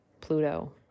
Pluto